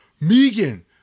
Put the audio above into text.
Megan